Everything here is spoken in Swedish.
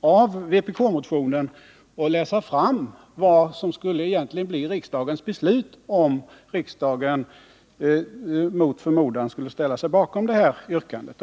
av vpk-motionen läsa ut vad som egentligen skulle bli riksdagens beslut, om riksdagen mot förmodan skulle ställa sig bakom yrkandet.